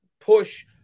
push